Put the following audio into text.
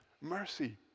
mercy